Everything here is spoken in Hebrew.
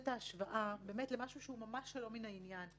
אשווה את זה למשהו שהוא ממש שלא מן העניין.